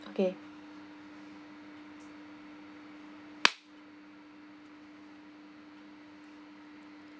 okay